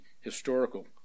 historical